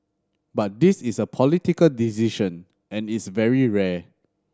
but this is a political decision and it's very rare